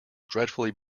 dreadfully